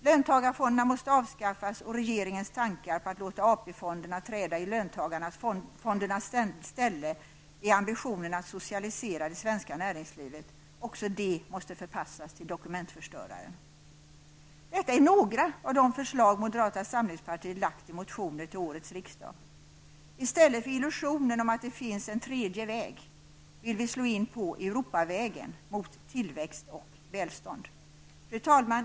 Löntagarfonderna måste avskaffas. Regeringens tankar på att låta AP-fonderna träda i löntagarfondernas ställe i ambitionen att socialisera det svenska näringslivet, är något som också måste förpassas till dokumentförstöraren. Detta är några av de förslag som moderata samlingspartiet lagt fram i motioner till årets riksdag. I stället för illusionen om att det finns en tredje väg vill vi slå in på Europavägen -- mot tillväxt och välstånd. Fru talman!